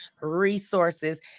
resources